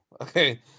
okay